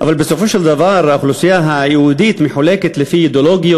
אבל בסופו של דבר האוכלוסייה היהודית מחולקת לפי אידיאולוגיות,